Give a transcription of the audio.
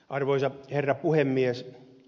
arvoisa herra puhemies